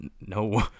no